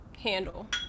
handle